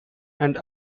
and